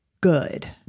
good